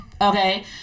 Okay